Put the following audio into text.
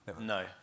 No